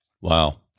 wow